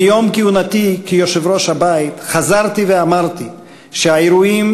מיום כהונתי הראשון כיושב-ראש הבית חזרתי ואמרתי שהאירועים